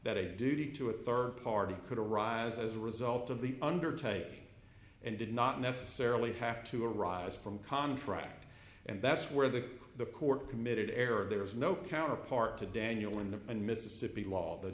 that a duty to a third party could arise as a result of the undertaking and did not necessarily have to arise from contract and that's where the the court committed error there is no counterpart to daniel in the and mississippi law the